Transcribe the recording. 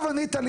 עכשיו ענית לי.